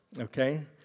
Okay